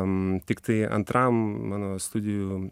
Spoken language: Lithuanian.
am tiktai antram mano studijų